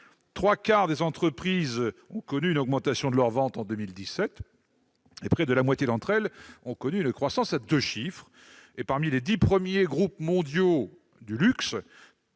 trois quarts de ces entreprises ont connu une augmentation de leurs ventes en 2017, et près de la moitié d'entre elles a connu une croissance à deux chiffres. Parmi les dix premiers groupes mondiaux du luxe,